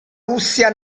russia